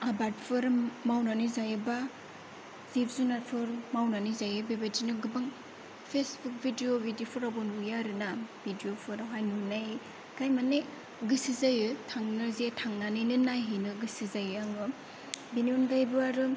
आबादफोर मावनानै जायो एबा जिब जुनारफोर मावनानै जायो बेबायदिनो गोबां फेसबुक भिडिय' बिदिफोरावबो नुयो आरोना भिडिय'फोरावहाय नुनायखाय माने गोसो जायो थांनो जे थांनानैनो नायहैनो गोसो जायो आङो बेनि अनगायैबो आरो